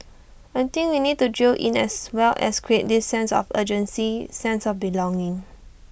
I think we need to drill in as well as create this sense of urgency sense of belonging